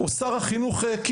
או עם שר החינוך קיש,